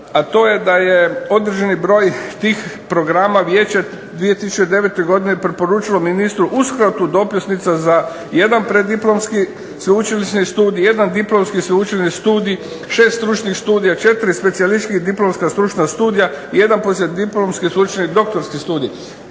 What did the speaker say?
a to je da je određeni broj tih programa vijeće 2009. godine preporučilo ministru uskratu dopisnica za jedan preddiplomski sveučilišni studij, jedan diplomski sveučilišni studij, 6 stručnih studija, 4 specijalista diplomska stručna studija, i jedna poslijediplomski sveučilišni doktorski studij.